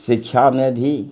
शिक्षामे भी